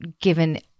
given